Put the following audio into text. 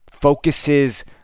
focuses